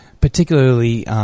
Particularly